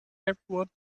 everyone